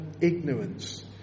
ignorance